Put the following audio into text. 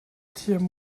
thiam